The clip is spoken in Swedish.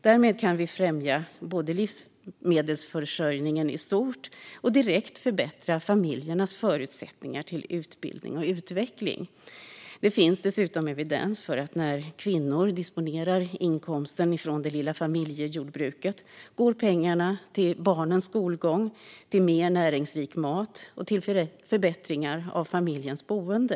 Därmed kan vi både främja livsmedelsförsörjningen i stort och direkt förbättra familjens förutsättningar för utbildning och utveckling. Det finns dessutom evidens för att när kvinnor disponerar inkomsten från det lilla familjejordbruket går pengarna till barnens skolgång, mer näringsrik mat och förbättringar av familjens boende.